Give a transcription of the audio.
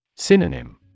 Synonym